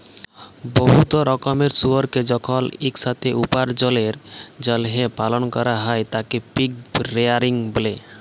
বহুত রকমের শুয়রকে যখল ইকসাথে উপার্জলের জ্যলহে পালল ক্যরা হ্যয় তাকে পিগ রেয়ারিং ব্যলে